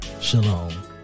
Shalom